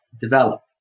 develop